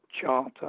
charter